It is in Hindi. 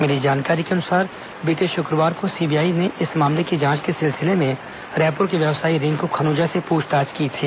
मिली जानकारी के अनुसार बीते शुक्रवार को सीबीआई ने इस मामले की जांच के सिलसिले में रायपुर के व्यवसायी रिंक् खन्जा से पूछताछ की थी